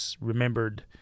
remembered